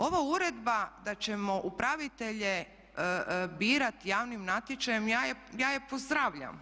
Ova uredba da ćemo upravitelje birati javnim natječajem, ja je pozdravljam.